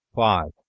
five.